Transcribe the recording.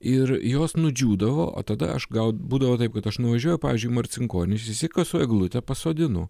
ir jos nudžiūdavo o tada aš gal būdavo taip kad aš nuvažiuoju pavyzdžiui į marcinkonis išsikasu eglutę pasodinu